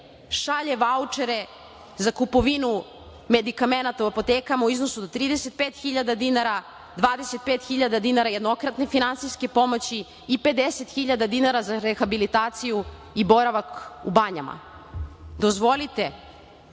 šalje vaučere za kupovini medikamenata u apotekama u iznosu do 35 hiljada dinara, 25 hiljada dinara jednokratne finansijske pomoći i 50 hiljada dinara za rehabilitaciju i boravak u banjama. Dozvolite,